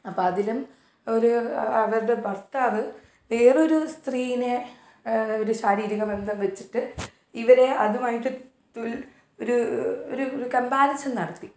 അപ്പം അതിലും ഒരു അവരുടെ ഭർത്താവ് വേറൊരു സ്ത്രീയിനെ ഒരു ശാരീരിക ബന്ധം വെച്ചിട്ട് ഇവരെ അതുമായിട്ട് തുൽ ഒരു ഒരു കമ്പാരിസൺ നടത്തി